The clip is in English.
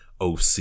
OC